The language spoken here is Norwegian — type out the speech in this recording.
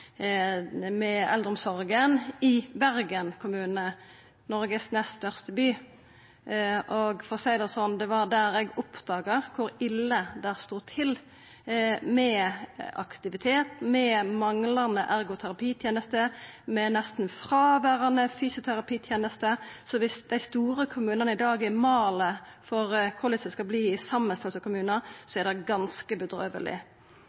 med eldreomsorga i Bergen kommune, Noregs nest største by. For å seia det sånn: Det var der eg oppdaga kor ille det stod til med aktivitet, manglande ergoterapitenester og nesten fråverande fysioterapitenester. Så viss dei store kommunane i dag er malen for korleis det skal verta i samanslåtte kommunar, er det ganske bedrøveleg.